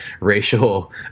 racial